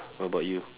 what about you